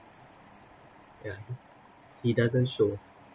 yeah he doesn't show